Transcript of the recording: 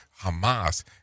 hamas